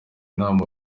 inama